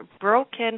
broken